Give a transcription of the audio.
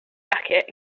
jacket